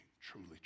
truly